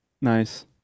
Nice